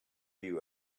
you